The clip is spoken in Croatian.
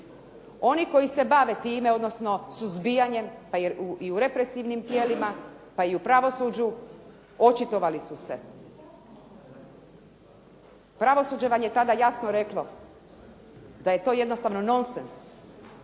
Oni koji se bave time, odnosno suzbijanjem pa i u represivnim tijelima pa i u pravosuđu očitovali su se. Pravosuđe vam je tada jasno reklo da je to jednostavno nonsens,